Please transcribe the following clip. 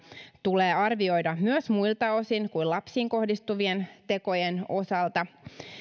tulee arvioida myös muilta osin kuin lapsiin kohdistuvien tekojen osalta